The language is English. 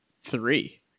three